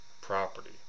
property